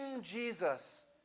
Jesus